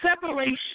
separation